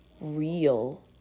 real